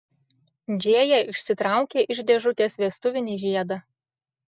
džėja išsitraukė iš dėžutės vestuvinį žiedą